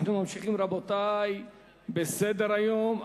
אנחנו ממשיכים, רבותי, בסדר-היום.